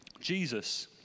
Jesus